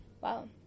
Wow